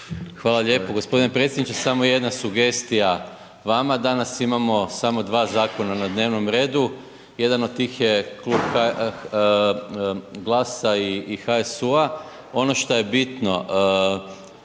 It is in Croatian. Hvala lijepo. Gospodine predsjedniče, samo jedna sugestija vama. Danas imamo samo dva zakona na dnevnom redu, jedan od tih je GLAS-a i HSU-a, ono šta je bitno